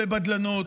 לא לבדלנות,